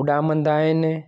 उॾामंदा आहिनि